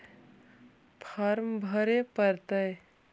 Farm भरे परतय?